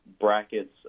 brackets